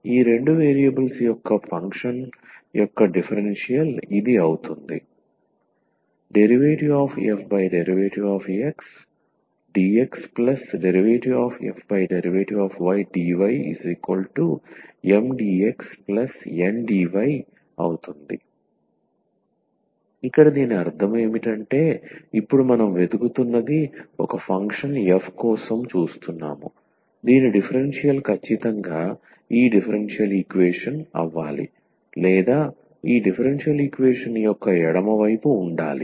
ఈ రెండు వేరియబుల్స్ యొక్క ఫంక్షన్ యొక్క డిఫరెన్షియల్ ఇది అవుతుంది ∂f∂xdx∂f∂ydyMdxNdy ఇక్కడ దీని అర్థం ఏంటంటే ఇప్పుడు మనం వెతుకుతున్నది ఒక ఫంక్షన్ 𝑓 కోసం చూస్తున్నాము దీని డిఫరెన్షియల్ ఖచ్చితంగా ఈ డిఫరెన్షియల్ ఈక్వేషన్ అవ్వాలి లేదా ఈ డిఫరెన్షియల్ ఈక్వేషన్ యొక్క ఎడమ వైపు ఉండాలి